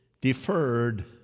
deferred